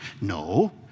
No